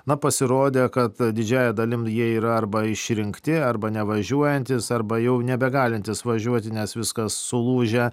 na pasirodė kad didžiąja dalim jie yra arba išrinkti arba nevažiuojantys arba jau nebegalintys važiuoti nes viskas sulūžę